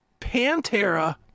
Pantera